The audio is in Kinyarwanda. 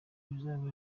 bizaba